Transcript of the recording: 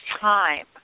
time